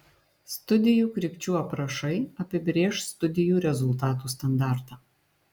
studijų krypčių aprašai apibrėš studijų rezultatų standartą